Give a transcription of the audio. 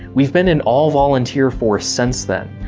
we've been an all-volunteer force since then,